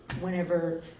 whenever